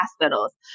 hospitals